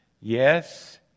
Yes